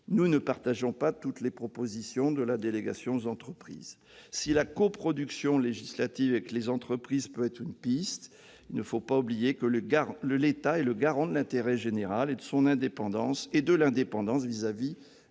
nous n'approuvons pas toutes les propositions de la délégation sénatoriale aux entreprises. Si la coproduction législative avec les entreprises peut être une piste, il ne faut pas oublier que l'État est le garant de l'intérêt général et de l'indépendance à